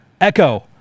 Echo